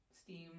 Steam